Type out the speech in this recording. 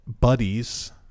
buddies